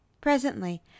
Presently